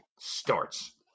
starts